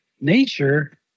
nature